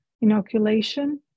inoculation